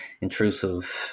intrusive